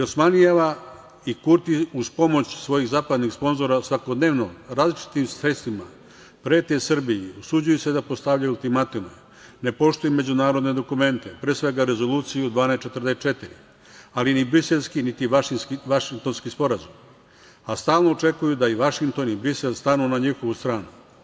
Osmanijeva i Kurti uz pomoć svojih zapadnih sponzora svakodnevno, različitim sredstvima, prete Srbiji, usuđuju se da postavljaju ultimatume, ne poštuju međunarodna dokumenta, pre svega Rezoluciju 1244, ali ni Briselski, ni Vašingtonski sporazum, a stalno očekuju da Vašington i Brisel stanu na njihovu stranu.